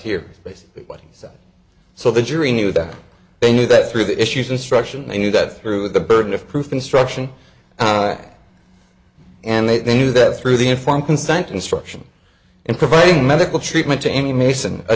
said so the jury knew that they knew that through the issues instruction they knew that through the burden of proof instruction and they knew that through the informed consent instruction and providing medical treatment to any mason a